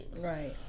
right